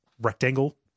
rectangle